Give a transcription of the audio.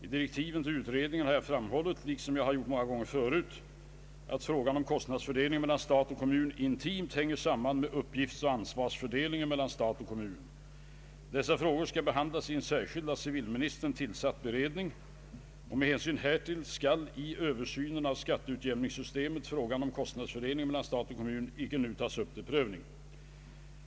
I direktiven till utredningen har jag framhållit — liksom jag har gjort många gånger förut — att frågan om kostnadsfördelningen mellan stat och kommun intimt hänger samman med uppgiftsoch ansvarsfördelningen mellan stat och kommun. Dessa frågor skall behandlas i en särskild av civilministern tillsatt beredning. Med hänsyn härtill skall i översynen av skatteutjämningssystemet frågan om kostnadsfördelningen mellan stat och kommun inte nu tas upp till prövning.